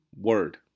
Word